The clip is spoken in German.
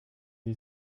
die